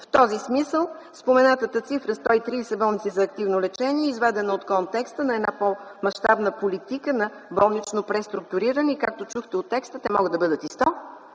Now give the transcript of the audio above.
В този смисъл споменатата цифра „130 болници за активно лечение” е извадена от контекста на една по-мащабна политика на болнично преструктуриране и както чухте от текста те могат да бъдат и 100,